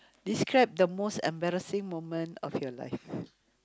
describe the most embarrassing moment of your life